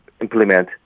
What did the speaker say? implement